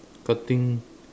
cutting